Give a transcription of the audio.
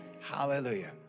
Hallelujah